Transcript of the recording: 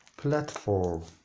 platform